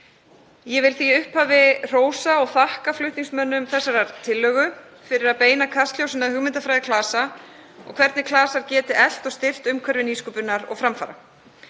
Ég vil því í upphafi hrósa og þakka flutningsmönnum þeirrar tillögu fyrir að beina kastljósinu að hugmyndafræði klasa og hvernig klasar geti eflt og styrkt umhverfi nýsköpunar og framfara.